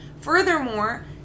Furthermore